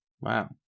Wow